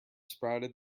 sprouted